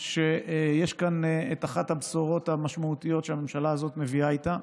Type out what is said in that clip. שיש כאן את אחת הבשורות המשמעותיות שהממשלה הזאת מביאה איתה.